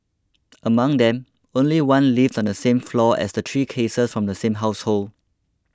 among them only one lived on the same floor as the three cases from the same household